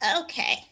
Okay